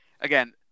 Again